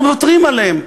אנחנו מוותרים עליהם.